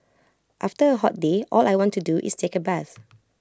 after A hot day all I want to do is take A bath